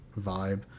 vibe